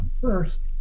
first